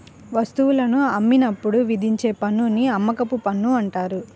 వస్తువులను అమ్మినప్పుడు విధించే పన్నుని అమ్మకపు పన్ను అంటారు